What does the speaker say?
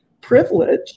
privilege